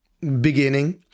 beginning